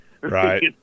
Right